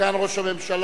סגן ראש הממשלה.